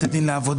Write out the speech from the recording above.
בתי דין לעבודה,